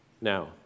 Now